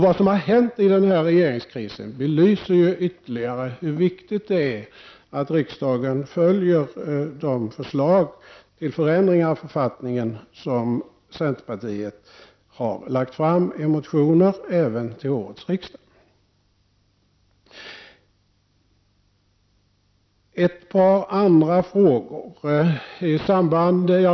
Vad som hände i denna regeringskris belyser ytterligare hur viktigt det är att riksdagen följer de förslag till förändringar av författningen som centerpartiet har lagt fram i motioner, även till årets riksdag.